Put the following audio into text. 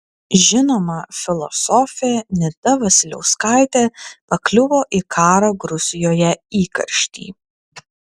žinoma filosofė nida vasiliauskaitė pakliuvo į karo gruzijoje įkarštį